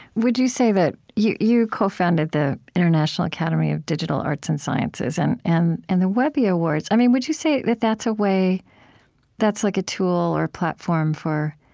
would you say that you you cofounded the international academy of digital arts and sciences, and and and the webby awards. would you say that that's a way that's like a tool or platform for,